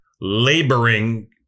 laboring